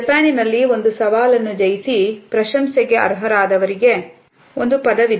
ಜಪಾನ್ನಲ್ಲಿ ಒಂದು ಸವಾಲನ್ನು ಜಯಿಸಿ ಪ್ರಶಂಸೆಗೆ ಅರ್ಹರಾದವರಿಗೆ ಒಂದು ಪದವಿದೆ